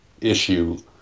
issue